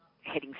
heading